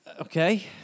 Okay